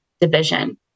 Division